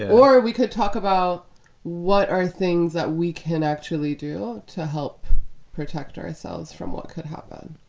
or we could talk about what aren't things that we can actually do to help protect ourselves from what could happen.